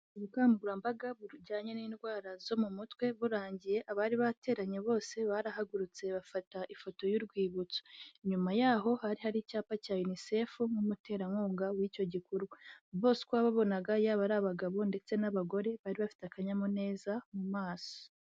Ubukangurambaga bujyanye n'indwara zo mu mutwe burangiye, abari bateranye bose barahagurutse bafata ifoto y'urwibutso, inyuma yaho hari hari icyapa cya unicef nk'umuterankunga w'icyo gikorwa, bose uko babonaga yaba ari abagabo ndetse n'abagore bari bafite akanyamuneza mu maso.